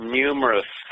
numerous